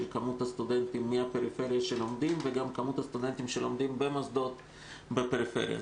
מספר הסטודנטים מהפריפריה וגם מספר הסטודנטים שלומדים במוסדות בפריפריה.